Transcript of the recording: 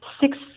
six